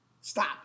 stop